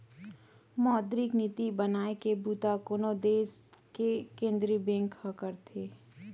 मौद्रिक नीति बनाए के बूता कोनो देस के केंद्रीय बेंक ह करथे